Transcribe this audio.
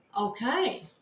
Okay